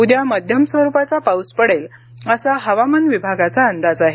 उद्या मध्यम स्वरुपाचा पाऊस पडेल असा हवामान विभागाचा अंदाज आहे